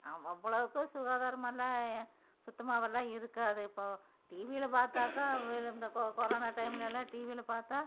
அவ் அவ்வளோவுக்கு சுகாதாரமெல்லாம் சுத்தமாவெல்லாம் இருக்காது இப்போது டிவியில் பார்த்தாக்கா இந்தக் கொ கொரோனா டைம்லெல்லாம் டிவியில் பார்த்தா